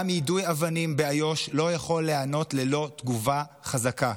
גם יידוי אבנים באיו"ש לא יכול להיענות ללא תגובה חזקה.